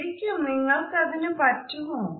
ശരിക്കും നിങ്ങൾക്കതിന് പറ്റുമോ